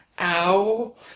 ow